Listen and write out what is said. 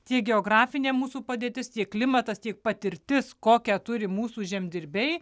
tiek geografinė mūsų padėtis tiek klimatas tiek patirtis kokią turi mūsų žemdirbiai